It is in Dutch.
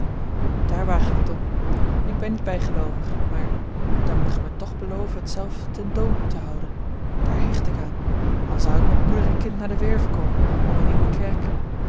daar waag ik het op ik ben niet bijgeloovig maar dan moet gij mij toch beloven het zelve ten doop te houden daar hecht ik aan al zou ik met moeder en kind naar de werve komen om in uwe kerk